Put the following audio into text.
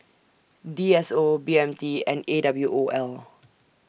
D S O B M T and A W O L